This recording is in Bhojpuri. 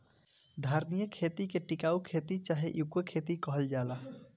धारणीय खेती के टिकाऊ खेती चाहे इको खेती कहल जाला